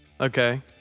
Okay